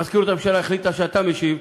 מזכירות הממשלה החליטה שאתה משיב,